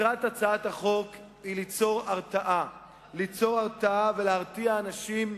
מטרת הצעת החוק היא ליצור הרתעה ולהרתיע אנשים,